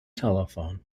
telephone